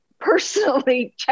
personally